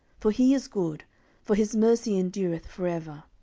for he is good for his mercy endureth for ever.